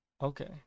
Okay